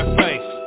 face